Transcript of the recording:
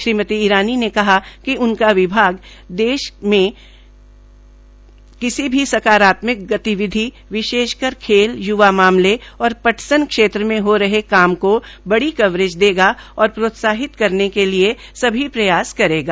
श्रीमती ईरानी ने कहा कि उनका विभाग देश मे किसी भी सकारात्मक गतिविधियों विशेषकर खेल यूवा मामले और पटसन क्षेत्र मे हो रहे काम को बड़ी कवरेज देगा और प्रोत्साहित करने के लिये कभी प्रयास करेगा